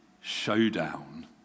showdown